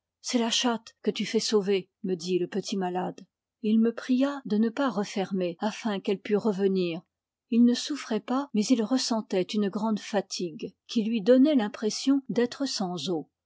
c'est la chatte que tu fais sauver me dit le petit malade et il me pria de ne pas refermer afin qu'elle pût revenir il ne souffrait pas mais il ressentait une grande fatigue qui lui donnait l'impression d'être sans os